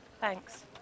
Thanks